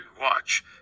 watch